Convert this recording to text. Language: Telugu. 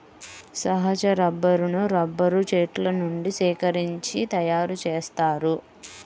సహజ రబ్బరును రబ్బరు చెట్ల నుండి సేకరించి తయారుచేస్తారు